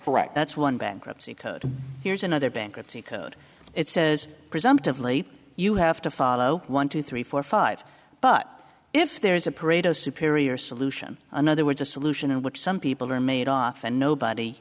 correct that's one bankruptcy code here's another bankruptcy code it says presumptively you have to follow one two three four five but if there's a parade of superior solution another words a solution in which some people are made off and nobody